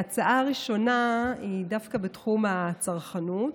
ההצעה הראשונה היא דווקא בתחום הצרכנות,